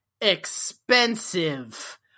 expensive